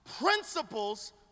principles